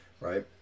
right